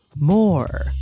more